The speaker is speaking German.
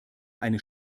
eine